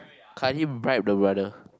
can't him bribe the brother